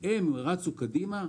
רצו קדימה,